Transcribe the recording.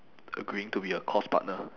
agreeing to be her course partner